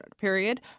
period